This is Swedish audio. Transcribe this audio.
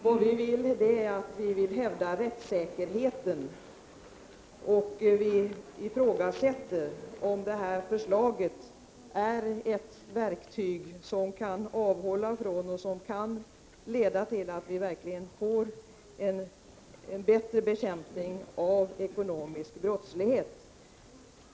Vad vi vill är att hävda rättssäkerheten, och vi ifrågasätter om det här förslaget kan leda till att vi verkligen får en bättre bekämpning av ekonomisk brottslighet.